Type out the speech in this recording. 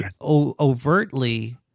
overtly